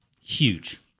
huge